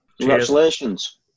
Congratulations